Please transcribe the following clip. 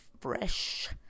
fresh